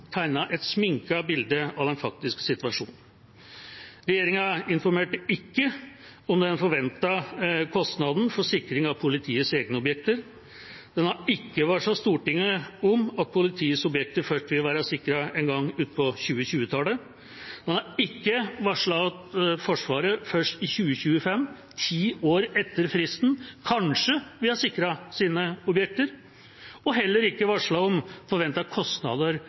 tegnet et sminket bilde av den faktiske situasjonen. Regjeringa informerte ikke om den forventede kostnaden for sikring av politiets egne objekter. Den har ikke varslet Stortinget om at politiets objekter først vil være sikret en gang utpå 2020-tallet. Den har ikke varslet at Forsvaret først i 2025, ti år etter fristen, kanskje vil ha sikret sine objekter, og heller ikke varslet om forventede kostnader